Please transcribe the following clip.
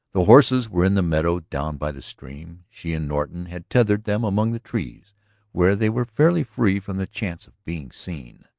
the horses were in the meadow down by the stream she and norton had tethered them among the trees where they were fairly free from the chance of being seen.